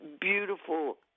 beautiful